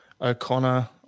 O'Connor